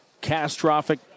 catastrophic